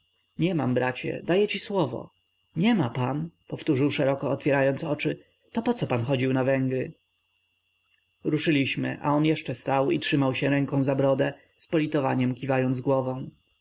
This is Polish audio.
nie mam bracie daję ci słowo nie ma pan powtórzył szeroko otwierając oczy to poco pan chodził na węgry ruszyliśmy a on jeszcze stał i trzymał się ręką za brodę z politowaniem kiwając głową